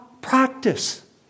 practice